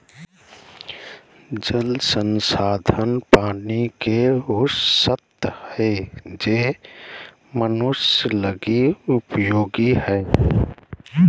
जल संसाधन पानी के उ स्रोत हइ जे मनुष्य लगी उपयोगी हइ